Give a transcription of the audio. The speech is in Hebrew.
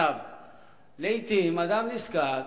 לעתים אדם נזקק